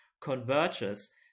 converges